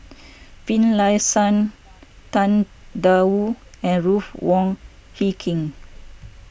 Finlayson Tang Da Wu and Ruth Wong Hie King